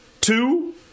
two